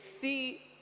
see